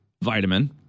vitamin